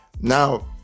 Now